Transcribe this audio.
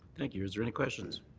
like you know is there any questions?